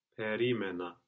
Perimena